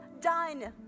done